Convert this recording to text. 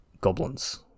Goblins